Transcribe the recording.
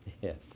Yes